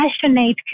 passionate